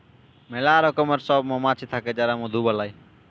ম্যালা রকমের সব মমাছি থাক্যে যারা মধু বালাই